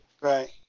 Right